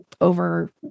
over